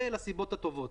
זה לסיבות הטובות